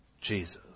Jesus